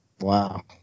wow